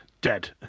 dead